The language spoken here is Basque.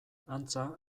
antza